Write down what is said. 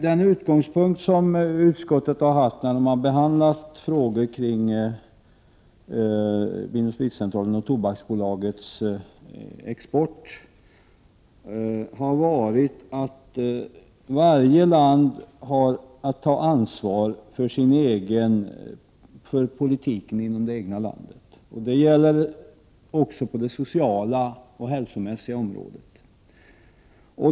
Den utgångspunkt som utskottet har haft när vi har behandlat frågor kring Vin & Spritcentralens och Tobaksbolagets export är att varje land har att ta ansvar för politiken inom det egna landet. Det gäller också på det sociala och hälsomässiga området.